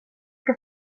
ska